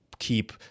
Keep